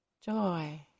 joy